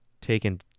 taken